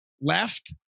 left